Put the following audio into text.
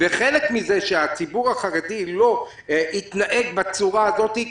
וחלק מזה שהציבור החרדי לא התנהג כמו